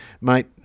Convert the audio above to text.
mate